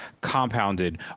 compounded